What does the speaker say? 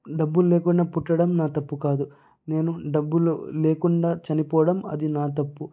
డబ్బులు లేకుండా పుట్టడం నా తప్పు కాదు నేను డబ్బులు లేకుండా చనిపోవడం అది నా తప్పు